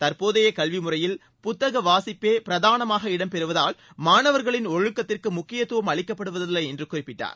தற்போதைய கல்வி முறையில் புத்தக வாசிப்பே பிரதானமாக இடம் பெறுவதால் மாணவர்களின் ஒழுக்கத்திற்கு முக்கியத்துவம் அளிக்கப்படுவதில்லை என்று குறிப்பிட்டார்